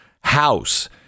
house